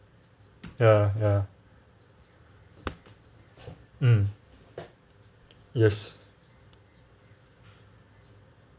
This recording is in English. ya ya um yes